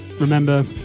remember